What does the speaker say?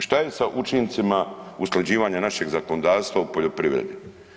Šta je sa učincima usklađivanja našeg zakonodavstva u poljoprivredi?